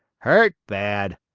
hurt bad.